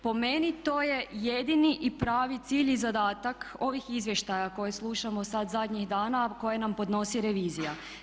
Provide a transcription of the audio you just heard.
Po meni to je jedini i pravi cilj i zadatak ovih izvještaja koje slušamo sad zadnjih dana koje nam podnosi revizija.